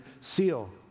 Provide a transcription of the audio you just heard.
seal